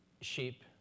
sheep